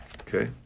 Okay